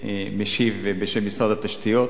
משיב בשם משרד התשתיות,